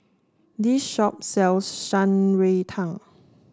this shop sells Shan Rui Tang